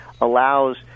allows